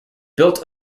built